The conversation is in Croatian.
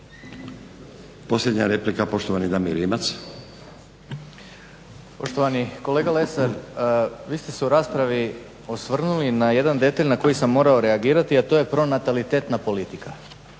Posljednja replika, poštovani Damir Rimac.